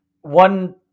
one